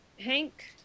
Hank